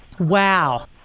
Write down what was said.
Wow